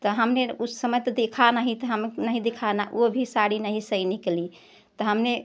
तो हमने उस समय देखा नहीं था हम अपना दिखाना वह भी साड़ी नहीं सही निकली तो हमने